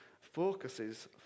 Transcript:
focuses